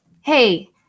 Hey